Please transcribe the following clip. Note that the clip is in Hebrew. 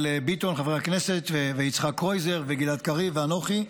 ביטון ויצחק קרויזר וגלעד קריב ואנוכי,